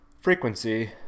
frequency